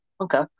Okay